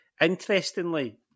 interestingly